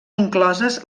incloses